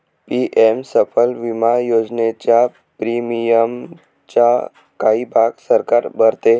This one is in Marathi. पी.एम फसल विमा योजनेच्या प्रीमियमचा काही भाग सरकार भरते